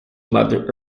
mother